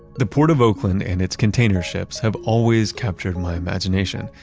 the port of oakland and its container ships have always captured my imagination,